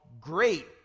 great